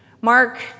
Mark